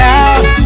out